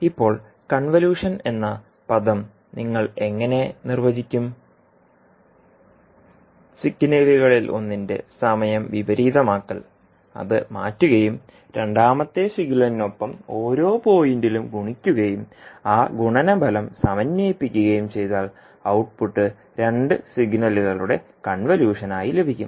ഇപ്പോൾ കൺവല്യൂഷൻ എന്ന പദം നിങ്ങൾ എങ്ങനെ നിർവചിക്കും സിഗ്നലുകളിലൊന്നിന്റെ സമയം വിപരീതമാക്കൽ അത് മാറ്റുകയും രണ്ടാമത്തെ സിഗ്നലിനൊപ്പം ഓരോ പോയിന്റിലും ഗുണിക്കുകയും ആ ഗുണനഫലം സമന്വയിപ്പിക്കുകയും ചെയ്താൽ ഔട്ട്പുട്ട് രണ്ട് സിഗ്നലുകളുടെ കൺവല്യൂഷൻ ആയി ലഭിക്കും